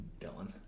Dylan